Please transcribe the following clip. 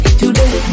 today